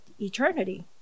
eternity